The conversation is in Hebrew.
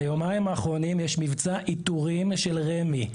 ביומיים האחרונים יש מבצע איתורים של רמ"י.